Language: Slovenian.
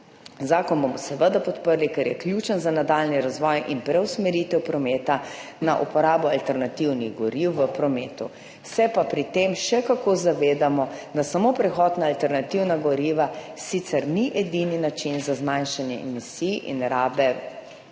Zakon bomo seveda podprli, ker je ključen za nadaljnji razvoj in preusmeritev prometa na uporabo alternativnih goriv v prometu. Se pa pri tem še kako zavedamo, da samo prehod na alternativna goriva sicer ni edini način za zmanjšanje emisij in rabe energije